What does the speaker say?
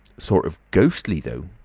sort of ghostly, though.